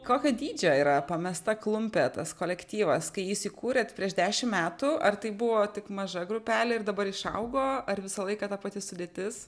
kokio dydžio yra pamesta klumpė tas kolektyvas kai įsikūrėt prieš dešim metų ar tai buvo tik maža grupelė ir dabar išaugo ar visą laiką ta pati sudėtis